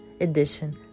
edition